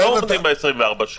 אנחנו לא עובדים 24 שעות.